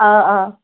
آ آ